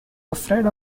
afraid